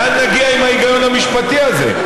לאן נגיע עם ההיגיון המשפטי הזה?